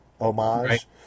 homage